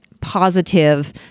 positive